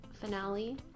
finale